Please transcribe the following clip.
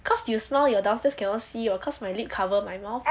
cause you smile your downstairs see cause my lips covered my mouth